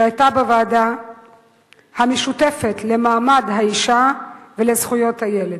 שהיתה בוועדה המשותפת למעמד האשה ולזכויות הילד,